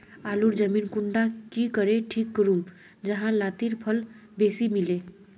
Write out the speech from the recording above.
आलूर जमीन कुंडा की करे ठीक करूम जाहा लात्तिर फल बेसी मिले?